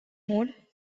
mode